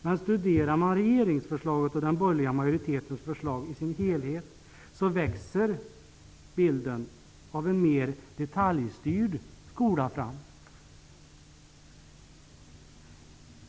Men studerar man regeringsförslaget och den borgerliga utskottsmajoritens förslag i dess helhet, så växer bilden av en mer detaljstyrd skola fram.